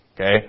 Okay